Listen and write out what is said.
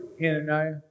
Hananiah